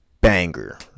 banger